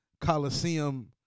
Coliseum